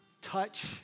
touch